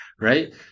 right